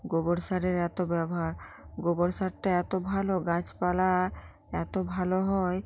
গোবর সারের এত ব্যবহার গোবর সারটা এত ভালো গাছপালা এত ভালো হয়